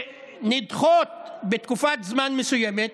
שנדחות בתקופת זמן מסוימת,